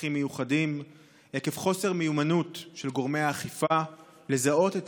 צרכים מיוחדים עקב חוסר מיומנות של גורמי האכיפה לזהות את